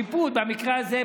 ובמקרה הזה,